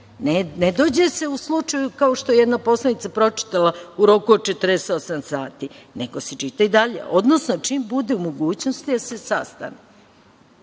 Ne dođe se u slučaju, kao što je jedna poslanica pročitala, u roku od 48 sati, nego se čita i dalje - odnosno, čim bude u mogućnosti da se sastane. Još